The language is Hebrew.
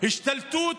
השתלטות